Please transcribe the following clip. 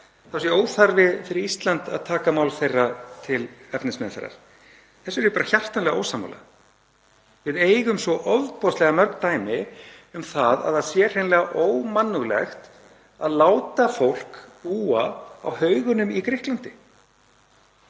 þá sé óþarfi fyrir Ísland að taka mál þess til efnismeðferðar. Þessu er ég hjartanlega ósammála. Við eigum ofboðslega mörg dæmi um að það sé hreinlega ómannúðlegt að láta fólk búa á haugunum í Grikklandi.